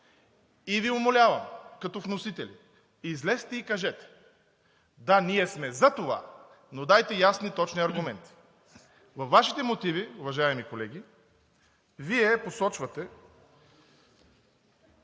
И Ви умолявам, като вносители, излезте и кажете: „Да, ние сме за това“, но дайте ясни и точни аргументи. Във Вашите мотиви, уважаеми колеги, Вие посочвате